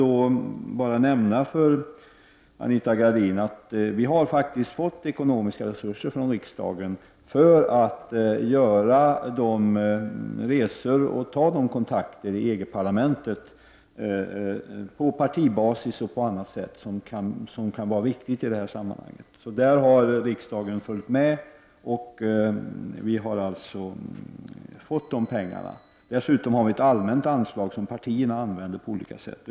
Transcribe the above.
Jag vill bara för Anita Gradin nämna att vi faktiskt av riksdagen har fått ekonomiska resurser för att kunna göra de resor och i EG-parlamentet ta de kontakter på partibasis och på annat sätt som i detta sammanhang kan vara viktiga. Här har alltså riksdagen följt med i utvecklingen. Dessutom finns det ett allmänt anslag som partierna använder på olika sätt.